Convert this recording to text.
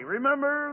Remember